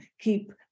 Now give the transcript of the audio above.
keep